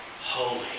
holy